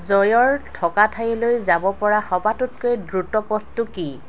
জয়ৰ থকা ঠাইলৈ যাব পৰা সবাতোতকৈ দ্ৰুত পথটো কি